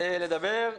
כהן לדבר.